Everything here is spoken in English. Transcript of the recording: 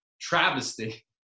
travesty